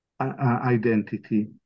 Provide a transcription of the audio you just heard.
identity